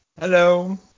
Hello